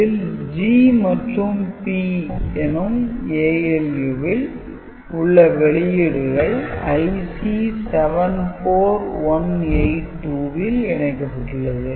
இதில் G மற்றும் P எனும் ALU ல் உள்ள வெளியீடுகள் IC 74182 ல் இணைக்கப்பட்டுள்ளது